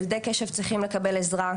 ילדי קשב צריכים לקבל עזרה,